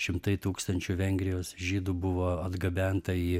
šimtai tūkstančių vengrijos žydų buvo atgabenta į